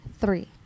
three